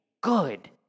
Good